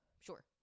sure